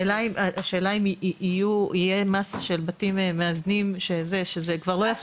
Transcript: השאלה אם תהיה מסה של בתים מאזנים שזה כבר לא יהפוך